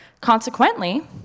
Consequently